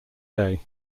day